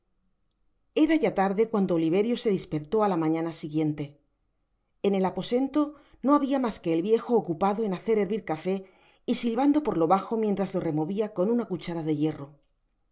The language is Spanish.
ra ya larde cuando oliverio se dispertó á la mañana siguiente en el aposento no habia mas que el iejo ocupado en hacer hervir cafó y silvando por lo bajo mientras lo removia con una cuchara de hierro de